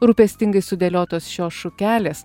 rūpestingai sudėliotos šios šukelės